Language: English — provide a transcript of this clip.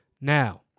Now